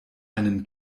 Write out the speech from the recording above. einen